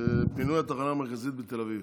פינוי התחנה המרכזית בתל אביב.